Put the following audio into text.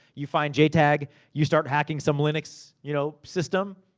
you find jtag, you start hacking some linux you know system,